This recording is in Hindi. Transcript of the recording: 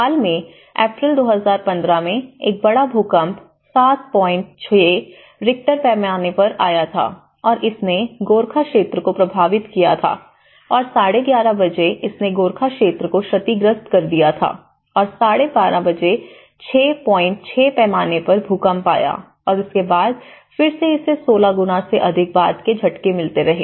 नेपाल में अप्रैल 2015 में एक बड़ा भूकंप 76 रिक्टर पैमाने पर आया था और इसने गोरखा क्षेत्र को प्रभावित किया था और 1130 बजे इसने गोरखा क्षेत्र को क्षतिग्रस्त कर दिया है और फिर 1230 बजे 66 पैमाने पर भूकंप आया और इसके बाद फिर से इसे 16 गुना से अधिक बाद के झटके मिलते रहे